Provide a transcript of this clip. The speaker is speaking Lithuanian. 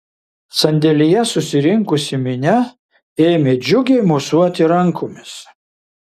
sandėlyje susirinkusi minia ėmė džiugiai mosuoti rankomis